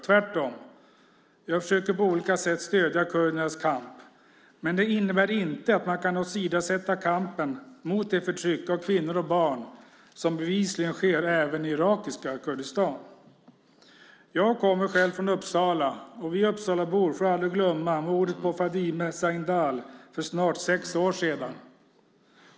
Tvärtom - jag försöker på olika sätt stödja kurdernas kamp. Men det innebär inte att man kan åsidosätta kampen mot det förtryck av kvinnor och barn som bevisligen sker även i irakiska Kurdistan. Jag kommer själv från Uppsala, och vi Uppsalabor får aldrig glömma mordet på Fadime Sahindal för snart sex år sedan.